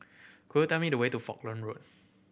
could you tell me the way to Falkland Road